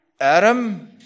Adam